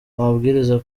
amabwiriza